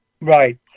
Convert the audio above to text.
Right